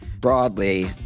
broadly